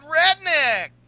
redneck